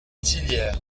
tillières